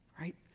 Right